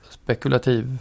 spekulativ